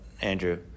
Andrew